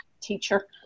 teacher